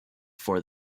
for